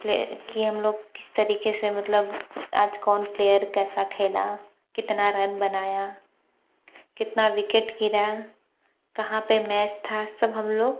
player की हम लोग किस तरीके से मतलब आज कौन प्लेयर कैसा खेला कितना रन बनाया कितना विकेट गिरा कहाँ पर मैच था सब हम लोग